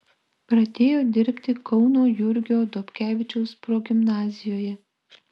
pradėjo dirbti kauno jurgio dobkevičiaus progimnazijoje